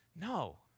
No